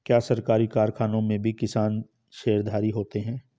क्या सरकारी कारखानों में भी किसान शेयरधारी होते हैं?